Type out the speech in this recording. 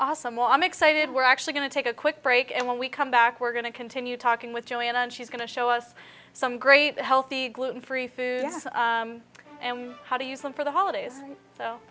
awesome well i'm excited we're actually going to take a quick break and when we come back we're going to continue talking with joanna and she's going to show us some great healthy gluten free foods and how to use them for the holidays so